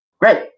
great